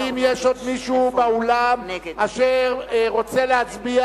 האם יש עוד מישהו באולם אשר רוצה להצביע